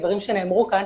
דברים שנאמרו כאן,